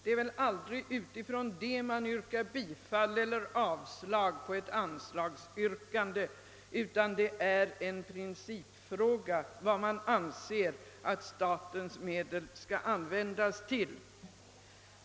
Det är väl aldrig med utgångspunkt i beloppet som man yrkar bifall eller avslag på ett anslagsyrkande; vad man anser att statens medel skall användas till är en principfråga.